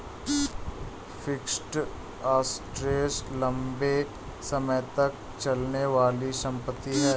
fixed assets लंबे समय तक चलने वाली संपत्ति है